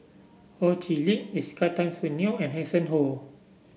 Ho Chee Lick Jessica Tan Soon Neo and Hanson Ho